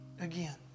again